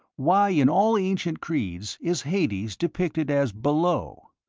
why, in all ancient creeds, is hades depicted as below?